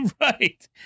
right